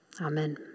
Amen